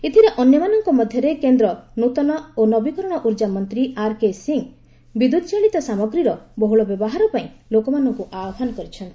ଏଥିରେ ଅନ୍ୟମାନଙ୍କ ମଧ୍ୟରେ କେନ୍ଦ୍ର ନୂତନ ଓ ନବୀକରଣ ଉର୍ଜା ମନ୍ତ୍ରୀ ଆର୍କେ ସିଂହ ବିଦ୍ୟୁତ୍ ଚାଳିତ ସାମଗ୍ରୀର ବହୁଳ ବ୍ୟବହାର ପାଇଁ ଲୋକମନଙ୍କୁ ଆହ୍ୱାନ କରିଛନ୍ତି